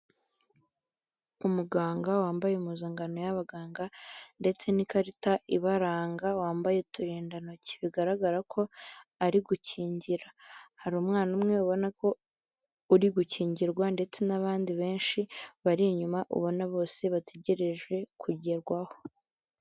Umuganga wambaye impuzangano y'abaganga ndetse n'ikarita ibaranga, wambaye uturindantoki, bigaragara ko ari gukingira, hari umwana umwe ubona ko uri gukingirwa ndetse n'abandi benshi bari inyuma ubona bose bategereje kugerwaho.